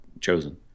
chosen